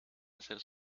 hacer